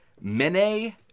Mene